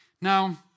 Now